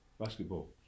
basketball